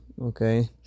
okay